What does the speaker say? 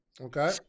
Okay